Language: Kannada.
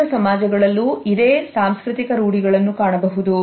ಚೀನಾದ ಸಮಾಜಗಳಲ್ಲೂ ಇದೇ ಸಾಂಸ್ಕೃತಿಕ ರೂಡಿಗಳನ್ನು ಕಾಣಬಹುದು